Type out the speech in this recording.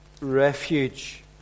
refuge